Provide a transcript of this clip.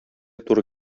туры